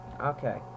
Okay